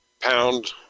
pound